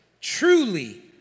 truly